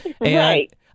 Right